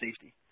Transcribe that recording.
safety